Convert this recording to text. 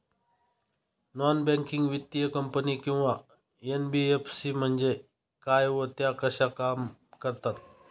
Non banking वित्तीय company किंवा NBFC म्हणजे काय व त्या कशा काम करतात?